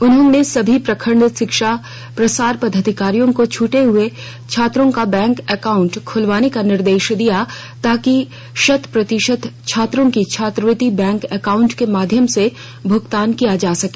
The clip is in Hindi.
उन्होंने सभी प्रखंड शिक्षा प्रसार पदाधिकारियों को छूटे हुए छात्रों का बैंक अकाउंट खोलवाने का निर्देश दिया ताकि शत प्रतिशत छात्रों की छात्रवृत्ति बैंक अकााउंट के माध्यम से भुगतान किया जा सके